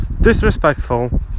disrespectful